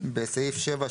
בסעיף 7,